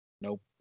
nope